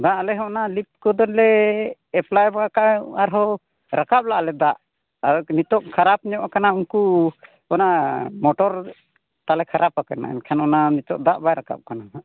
ᱵᱟᱝ ᱟᱞᱮ ᱦᱚᱸ ᱚᱱᱟ ᱞᱤᱯ ᱠᱚᱫᱚ ᱞᱮ ᱮᱯᱞᱟᱭ ᱵᱟᱲᱟ ᱠᱟᱜᱼᱟ ᱟᱨᱦᱚᱸ ᱨᱟᱠᱟᱵ ᱞᱮᱜᱼᱟ ᱞᱮ ᱫᱟᱜ ᱟᱫᱚ ᱱᱤᱛᱳᱜ ᱠᱷᱟᱨᱟᱯ ᱧᱚᱜ ᱠᱟᱱᱟ ᱩᱱᱠᱩ ᱚᱱᱟ ᱢᱚᱴᱚᱨ ᱛᱟᱞᱮ ᱠᱷᱟᱨᱟᱯ ᱠᱟᱱᱟ ᱮᱱᱠᱷᱟᱱ ᱱᱤᱛᱳᱜ ᱚᱱᱟ ᱫᱟᱜ ᱵᱟᱭ ᱨᱟᱠᱟᱵ ᱠᱟᱱᱟ ᱦᱟᱸᱜ